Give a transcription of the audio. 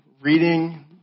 reading